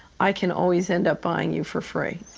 i can always end up buying you for free.